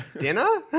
dinner